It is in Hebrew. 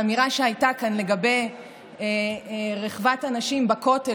האמירה שהייתה כאן לגבי רחבת הנשים בכותל,